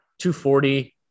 240